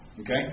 Okay